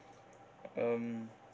um